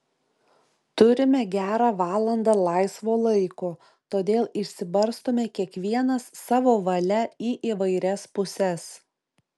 turime gerą valandą laisvo laiko todėl išsibarstome kiekvienas savo valia į įvairias puses